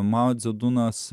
mao dzedunas